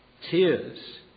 tears